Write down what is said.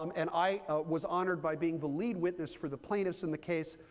um and i was honored by being the lead witness for the plaintiffs in the case.